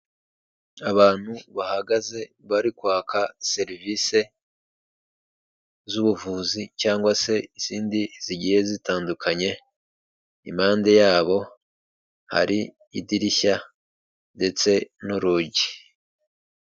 Abantu bahagaze bari kwaka serivisi z'ubuvuzi cyangwa se izindi zigiye zitandukanye, impande yabo hari idirishya ndetse n'urugi.